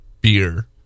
beer